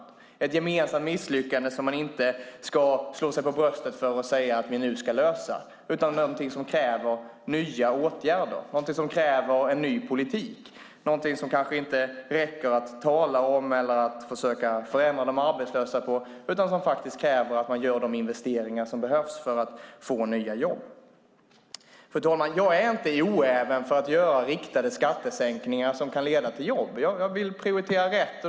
Det är ett gemensamt misslyckande som man inte ska slå sig för bröstet för och säga att vi nu ska lösa. Det är någonting som kräver nya åtgärder och en ny politik. Det är någonting som det kanske inte räcker att tala om eller försöka förändra de arbetslösa utan som kräver att man gör de investeringar som behövs för att få nya jobb. Fru talman! Jag är inte oäven när det gäller att göra riktade skattesänkningar som kan leda till jobb. Jag vill prioritera rätt.